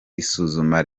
isuzuma